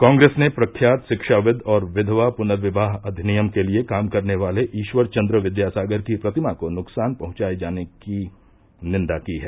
कांग्रेस ने प्रख्यात शिक्षाविद और विधवा पुर्नविवाह अधिनियम के लिए काम करने वाले ईश्वर चन्द्र विद्यासागर की प्रतिमा को नुकसान पहुंचाये जाने की निन्दा की है